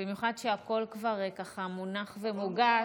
במיוחד שהכול כבר מונח ומוגש,